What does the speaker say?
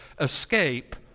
escape